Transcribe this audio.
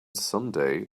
someday